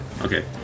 Okay